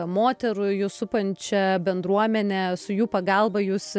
moterų jus supančia bendruomene su jų pagalba jūs